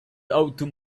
out